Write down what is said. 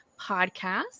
podcast